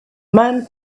man